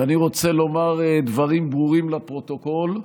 ואני רוצה לומר דברים ברורים לפרוטוקול,